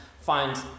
find